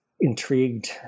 intrigued